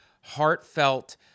heartfelt